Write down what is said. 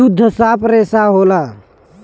सुद्ध साफ रेसा होला